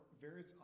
various